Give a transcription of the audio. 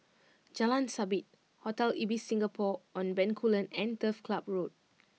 Jalan Sabit Hotel Ibis Singapore On Bencoolen and Turf Club Road